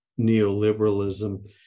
neoliberalism